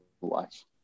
watch